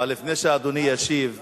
אבל לפני שאדוני ישיב גאלב,